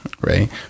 right